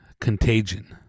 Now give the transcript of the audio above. Contagion